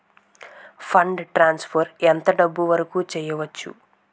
Fund transfer ఎంత డబ్బు వరుకు చేయవచ్చు?